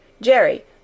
Jerry